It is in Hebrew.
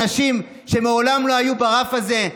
אנשים שמעולם לא היו ברף הזה,